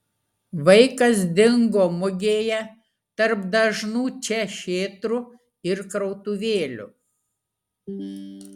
vaikas dingo mugėje tarp dažnų čia šėtrų ir krautuvėlių